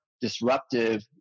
disruptive